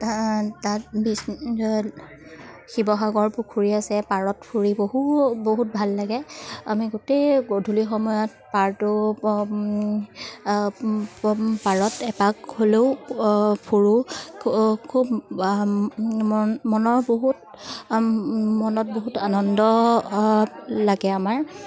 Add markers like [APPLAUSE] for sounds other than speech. তাত [UNINTELLIGIBLE] শিৱসাগৰ পুখুৰী আছে পাৰত ফুৰি বহু বহুত ভাল লাগে আমি গোটেই গধূলি সময়ত পাৰটো পাৰত এপাক হ'লেও ফুৰো খ খুব মনৰ বহুত মনত বহুত আনন্দ লাগে আমাৰ